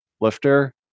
lifter